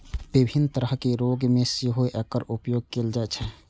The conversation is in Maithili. विभिन्न तरहक रोग मे सेहो एकर उपयोग कैल जाइ छै